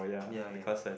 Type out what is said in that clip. ya ya